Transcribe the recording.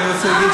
אני רוצה להגיד,